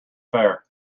fair